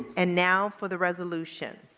and now for the resolution.